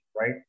Right